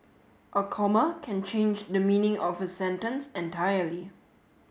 a comma can change the meaning of a sentence entirely